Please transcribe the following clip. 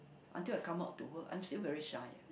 until I come out to work I'm still very shy eh